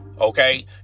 okay